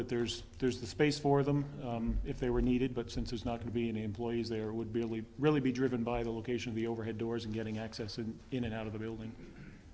that there's there's the space for them if they were needed but since there's not to be any employees there would be really really be driven by the location the overhead doors and getting access and in and out of the building